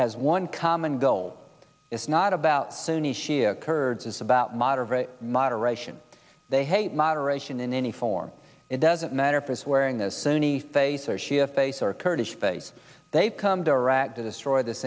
has one common goal it's not about sunni shia kurds it's about moderate moderation they hate moderation in any form it doesn't matter if it's wearing the sunni face or shia face or kurdish face they've come to iraq to destroy this